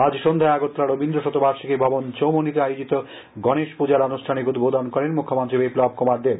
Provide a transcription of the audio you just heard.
আজ সন্ধ্যায় আগরতলার রবীন্দ্র শতবার্ষিকী ভবন চৌমুহনিতে আয়োজিত গণেশ পূজার আনুষ্ঠানিক উদ্বোধন করেন মুখ্যমন্ত্রী বিপ্লব কুমার দেব